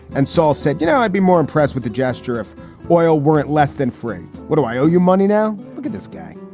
and saul said, you know, i'd be more impressed with the gesture if oil weren't less than free. what do i owe you money now? look at this guy.